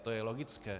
To je logické.